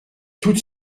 toute